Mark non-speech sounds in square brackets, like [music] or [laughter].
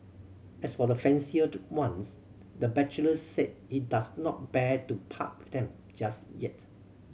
as for the fancier [unintelligible] ones the bachelor said he does not bear to part [unintelligible] them just yet